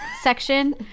section